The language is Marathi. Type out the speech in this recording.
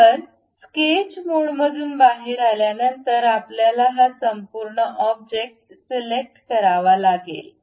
तर स्केच मोडमधून बाहेर आल्यानंतर आपल्याला हा संपूर्ण ऑब्जेक्ट सिलेक्ट करावा लागेल